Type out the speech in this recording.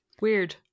Weird